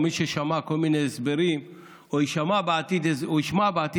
או מי ששמע כל מיני הסברים או ישמע בעתיד הסברים,